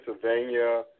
Pennsylvania